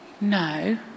No